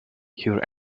hear